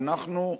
ואנחנו,